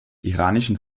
iranischen